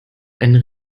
einen